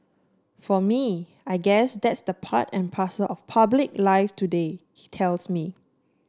for me I guess that's the part and parcel of public life today he tells me